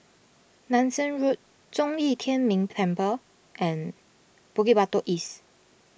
Nanson Road Zhong Yi Tian Ming Temple and Bukit Batok East